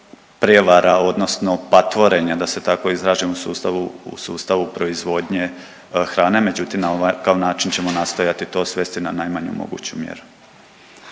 prijevara odnosno patvorenja da se tako izrazim u sustavu, u sustavu proizvodne hrane, međutim na ovakav način ćemo nastojati to svesti na najmanju moguću mjeru.